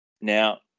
Now